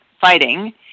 fighting